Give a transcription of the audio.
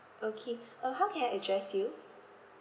okay uh how can I address you